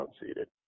unseated